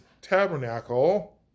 tabernacle